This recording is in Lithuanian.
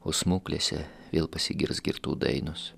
o smuklėse vėl pasigirs girtų dainos